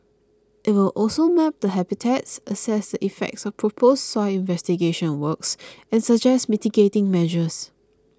it will also map the habitats assess the effects of proposed soil investigation works and suggest mitigating measures